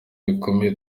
bikomeye